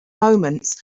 moments